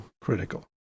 critical